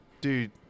dude